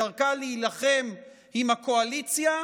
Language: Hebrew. בדרכה להילחם עם הקואליציה,